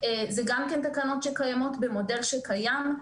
אלה גם תקנות במודל שקיים,